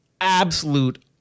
absolute